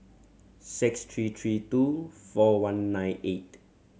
six three three two four one nine eight